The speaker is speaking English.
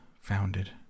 founded